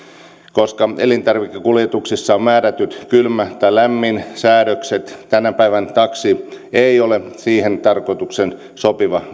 koska elintarvikekuljetuksissa on määrätyt kylmä tai lämminsäädökset tänä päivänä taksi ei ole siihen tarkoitukseen sopiva